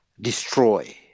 destroy